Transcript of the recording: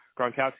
Gronkowski